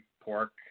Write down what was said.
pork